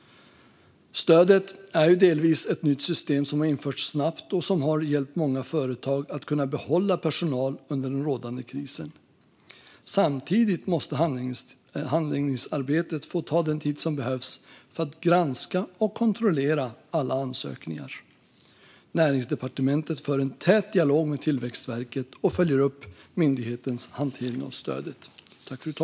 Stödet är delvis ett nytt system, som har införts snabbt och som har hjälpt många företag att kunna behålla personal under den rådande krisen. Samtidigt måste handläggningsarbetet få ta den tid som behövs för att granska och kontrollera alla ansökningar. Näringsdepartementet för en tät dialog med Tillväxtverket och följer upp myndighetens hantering av stödet.